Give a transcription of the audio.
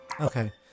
Okay